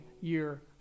year